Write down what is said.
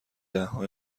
دهها